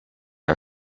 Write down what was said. are